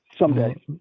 someday